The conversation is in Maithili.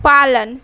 पालन